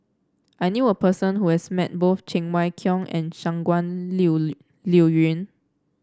I knew a person who has met both Cheng Wai Keung and Shangguan Liuyun